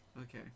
Okay